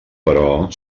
però